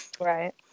Right